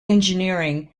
engineering